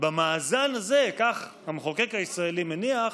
ובמאזן הזה, כך המחוקק הישראלי מניח,